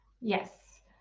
Yes